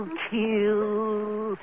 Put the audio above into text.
kill